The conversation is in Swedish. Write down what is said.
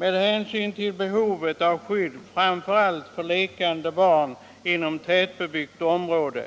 Med hänsyn till behovet av skydd framför allt för lekande barn inom tättbebyggt område